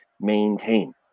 maintain